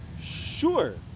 sure